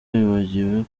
wibagiwe